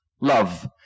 love